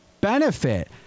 benefit